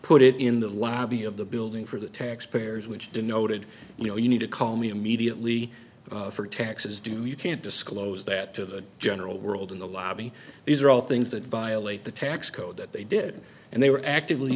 put it in the lobby of the building for the taxpayers which denoted you know you need to call me immediately for taxes do you can't disclose that to the general world in the lobby these are all things that violate the tax code that they did and they were actively